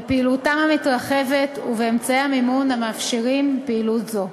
בפעילותם המתרחבת ובאמצעי המימון המאפשרים פעילות זו.